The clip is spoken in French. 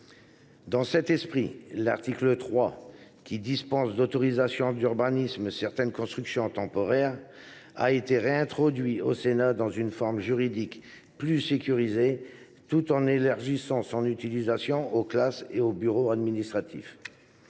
Dans cet esprit, l’article 3, qui dispense d’autorisation d’urbanisme certaines constructions temporaires, a été réintroduit au Sénat dans une forme juridique plus sécurisée et son utilisation a été élargie aux écoles et aux bureaux administratifs.